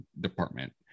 department